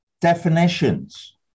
definitions